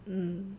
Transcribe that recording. mm